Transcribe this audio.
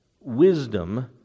wisdom